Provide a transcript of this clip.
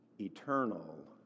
eternal